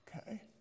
Okay